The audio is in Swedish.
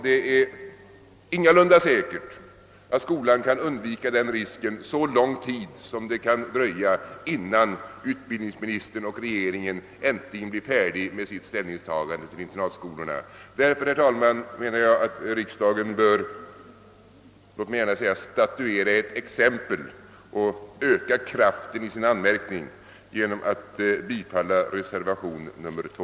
Det är heller inte säkert att skolan kan undgå den risken så lång tid som det kan dröja innan utbildningsministern och regeringen äntligen blir färdiga med sitt ställningstagande till frågan om internatskolorna. Därför menar jag att riksdagen bör statuera ett exempel, låt mig gärna säga det, och öka kraften i sin anmärkning genom att bifalla reservationen 2.